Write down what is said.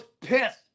pissed